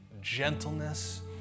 gentleness